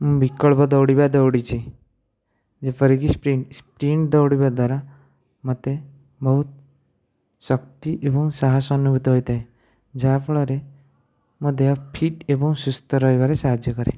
ମୁଁ ବିକଳ୍ପ ଦୌଡ଼ିବା ଦୌଡ଼ିଛି ଯେପରିକି ସ୍ପ୍ରିଣ୍ଟ ସ୍ପ୍ରିଣ୍ଟ ଦୌଡ଼ିବା ଦ୍ଵାରା ମୋତେ ବହୁତ ଶକ୍ତି ଏବଂ ସାହସ ଅନୁଭୂତ ହୋଇଥାଏ ଯାହାଫଳରେ ମୋ ଦେହ ଫିଟ୍ ଏବଂ ସୁସ୍ଥ ରହିବାରେ ସାହାଯ୍ୟ କରେ